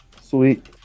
Sweet